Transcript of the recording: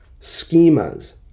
schemas